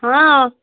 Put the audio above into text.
হ্যাঁ